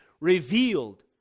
revealed